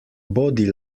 bodi